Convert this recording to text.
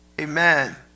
amen